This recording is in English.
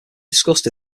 discussed